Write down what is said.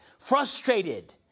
frustrated